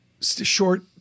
short